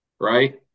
Right